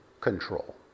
control